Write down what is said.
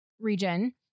region